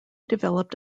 developed